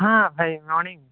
ହଁ ଭାଇ ମର୍ଣ୍ଣିଂ